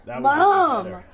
Mom